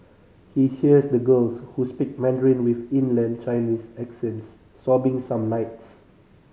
he hears the girls who speak Mandarin with inland Chinese accents sobbing some nights